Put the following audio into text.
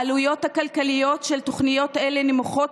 העלויות הכלכליות של תוכניות אלה נמוכות